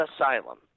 asylum